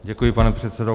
Děkuji, pane předsedo.